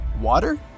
water